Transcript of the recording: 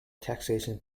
taxation